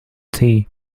tea